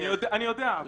אני יודע,